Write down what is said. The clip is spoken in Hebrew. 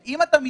להתמקד,